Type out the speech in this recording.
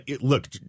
Look